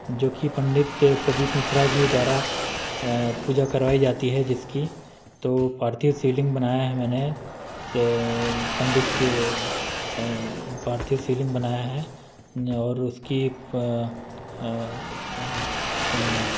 जो कि पंडित के प्रदीप मिश्रा जी द्वारा पूजा करवाई जाती है जिसकी तो पार्थिव शिवलिंग बनाया है मैंने से पंडिस पार्थिव शिवलिंग बनाया है और उसकी स